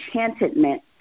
enchantment